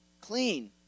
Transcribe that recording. clean